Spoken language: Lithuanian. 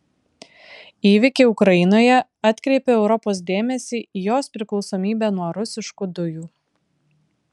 įvykiai ukrainoje atkreipė europos dėmesį į jos priklausomybę nuo rusiškų dujų